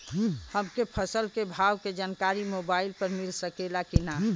हमके फसल के भाव के जानकारी मोबाइल पर मिल सकेला की ना?